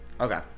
Okay